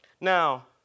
Now